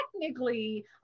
technically